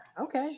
Okay